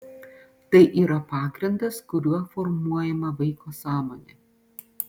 tai yra pagrindas kuriuo formuojama vaiko sąmonė